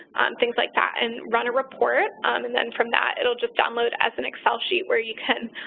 things like that and run a report and then from that it'll just download as an excel sheet where you can